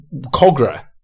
Cogra